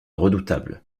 redoutable